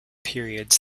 periods